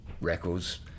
records